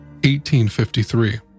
1853